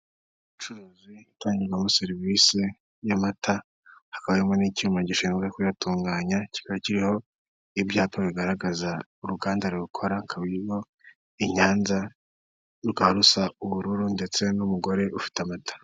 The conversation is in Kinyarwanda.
Ubucuruzi itangirwamo serivisi y'amata hakaba harimo n'icyuma gishinzwe kuyatunganya, kikaba kiriho ibyapa bigaragaza uruganda rukora akabariho iyanza rukaba rusa ubururu ndetse n'umugore ufite amata.